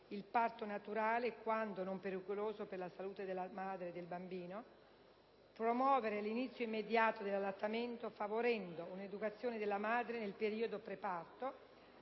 il parto naturale, quando non pericoloso per la salute della madre o del bambino; promuovere l'inizio immediato dell'allattamento, favorendo un'educazione della madre nel periodo preparto;